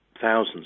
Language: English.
thousands